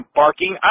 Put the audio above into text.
barking